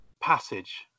passage